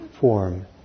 form